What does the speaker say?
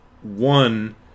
one